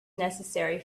necessary